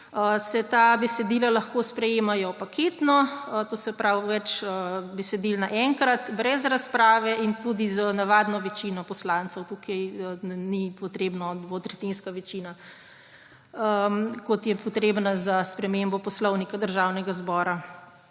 se ta besedila lahko sprejemajo paketno, to se pravi več besedil naenkrat, brez razprave in tudi z navadno večino poslancev. Tukaj ni potrebna dvotretjinska večina, kot je potrebna za spremembo Poslovnika Državnega zbora.